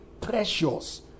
precious